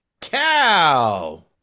cow